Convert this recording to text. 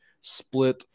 split